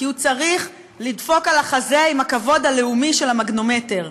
כי הוא צריך לדפוק על החזה עם הכבוד הלאומי של המגנומטר.